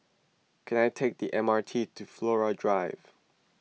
can I take the M R T to Flora Drive